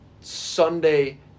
Sunday